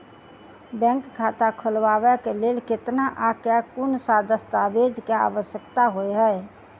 Bank खाता खोलबाबै केँ लेल केतना आ केँ कुन सा दस्तावेज केँ आवश्यकता होइ है?